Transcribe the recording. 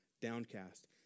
downcast